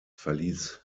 verließ